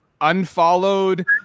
unfollowed